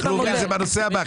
זה בנושא הבא,